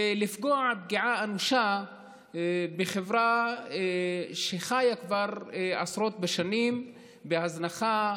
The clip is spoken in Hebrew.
ולפגוע פגיעה אנושה בחברה שחיה כבר עשרות שנים בהזנחה,